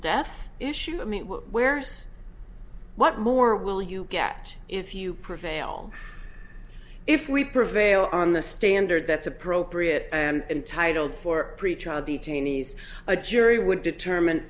death issue i mean where's what more will you get if you prevail if we prevail on the standard that's appropriate and titled for pretrial detainees a jury would determine